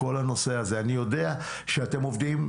כי עמידר עושה את עבודתה נאמנה...